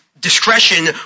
discretion